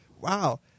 wow